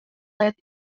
late